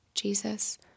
Jesus